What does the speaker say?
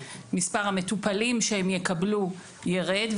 מספר המטופלים שהם יקבלו ירד,